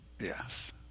Yes